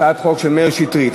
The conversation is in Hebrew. הצעת חוק של מאיר שטרית.